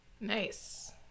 nice